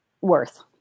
worth